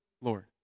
Lord